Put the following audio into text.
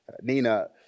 Nina